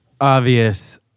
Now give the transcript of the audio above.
obvious